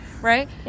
right